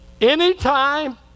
anytime